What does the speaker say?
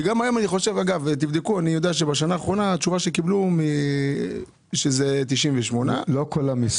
אני יודע שבשנה האחרונה התשובה שקיבלו שמדובר ב-98 אנשים.